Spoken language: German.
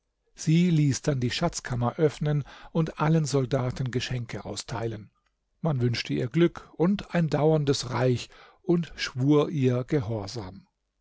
sie ließ dann die schatzkammer öffnen und allen soldaten geschenke austeilen man wünschte ihr glück und ein dauerndes reich und schwur ihr gehorsam